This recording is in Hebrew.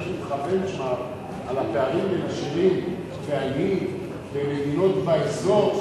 על הפערים בין עשירים ועניים במדינות באזור,